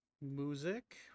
music